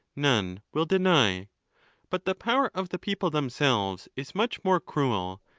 none will deny but the power of the people themselves is much more cruel,